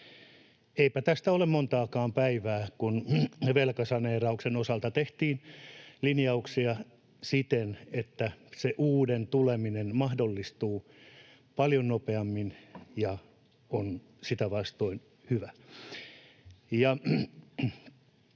Eipä tästä ole montakaan päivää, kun velkasaneerauksen osalta tehtiin linjauksia siten, että se uuden tuleminen mahdollistuu paljon nopeammin ja on sitä vastoin hyvä.